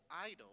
idol